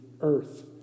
earth